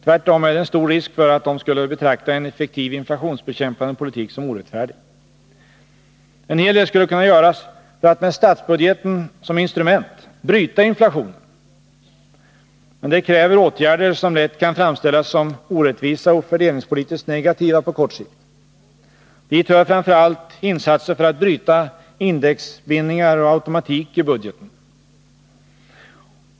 Tvärtom är det stor risk för att de skulle betrakta en effektivt inflationsbekämpande politik som orättfärdig. En hel del skulle kunna göras för att med statsbudgeten som instrument bryta inflationen. Men det kräver åtgärder som lätt kan framställas som orättvisa och fördelningspolitiskt negativa på kort sikt. Dit hör framför allt insatser för att bryta indexbindningar och automatik i budgeten.